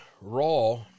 Raw